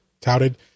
touted